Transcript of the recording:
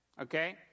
okay